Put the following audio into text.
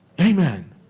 Amen